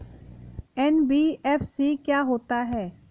NBFC क्या होता है?